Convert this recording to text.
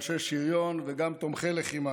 גם של אנשי שריון וגם של תומכי לחימה.